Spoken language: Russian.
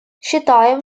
считаем